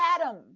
Adam